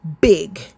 Big